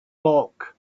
bulk